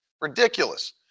Ridiculous